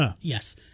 Yes